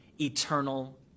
eternal